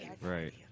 Right